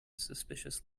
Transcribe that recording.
suspicious